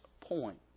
point